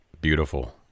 Beautiful